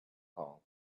kong